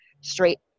straight